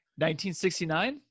1969